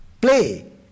play